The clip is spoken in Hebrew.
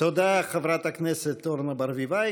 תודה, חברת הכנסת אורנה ברביבאי.